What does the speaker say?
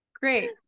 Great